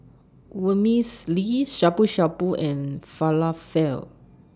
Vermicelli Shabu Shabu and Falafel